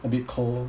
a bit cold